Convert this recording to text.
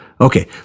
Okay